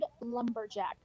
lumberjack